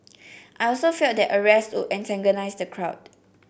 I also felt that arrest would antagonise the crowd